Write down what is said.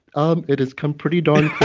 um it has come pretty darn